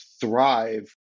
thrive